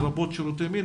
לרבות שירותי מין,